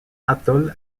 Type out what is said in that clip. atoll